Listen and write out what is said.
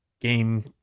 game